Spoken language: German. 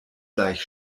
gleich